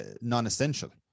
non-essential